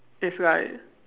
is like